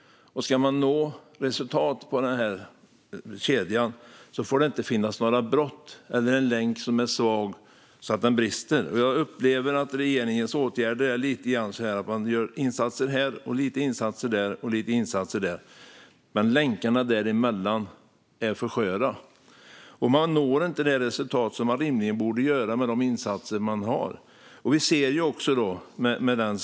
Om man ska nå resultat på kedjan får det inte finnas något brott eller en svag länk så att den brister. Jag upplever att regeringens åtgärder är sådana att man gör insatser här och lite insatser där, men länkarna däremellan är för sköra. Man når inte de resultat man rimligen borde göra med de insatser som finns.